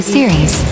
Series